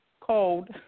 Cold